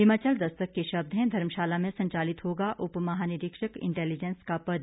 हिमाचल दस्तक के शब्द हैं धर्मशाला में संचालित होगा उप महानिरीक्षक इंटेलिजैंस का पद